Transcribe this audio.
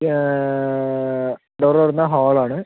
door തുറന്നാൽ hall ആണ്